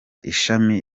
ishami